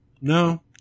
no